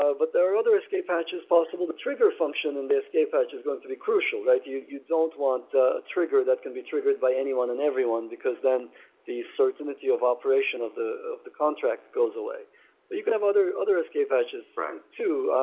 so but there are other escape hatches possible. the trigger function in the escape hatch is going to be crucial. you you don't want a trigger that can be triggered by anyone and everyone, because then the certainty of operation of the the contract goes away you can have other other escape hatches too.